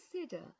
consider